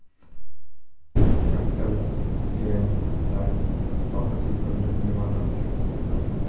capital gain tax property पर लगने वाला टैक्स होता है